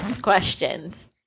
questions